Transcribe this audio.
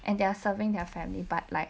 and they're are serving their family but like